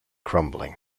crumbling